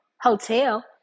hotel